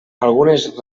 algunes